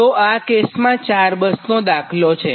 તો આ કેસમાં 4 બસ નો દાખલો છે